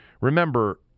Remember